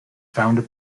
founder